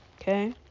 Okay